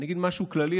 אני אגיד משהו כללי,